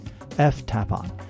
ftapon